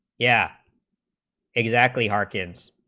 yeah exactly our kids